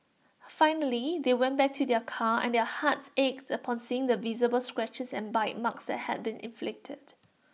finally they went back to their car and their hearts ached upon seeing the visible scratches and bite marks that had been inflicted